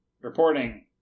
reporting